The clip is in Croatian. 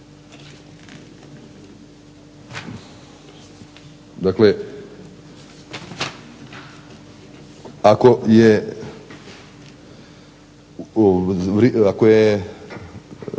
Dakle, ako je